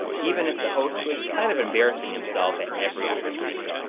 even if the host was kind of embarrassing himself at every opportunity.